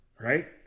right